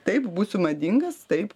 taip būsiu madingas taip